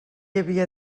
havia